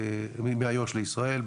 מאיו"ש לישראל,